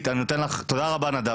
תודה רבה נדב.